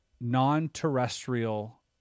non-terrestrial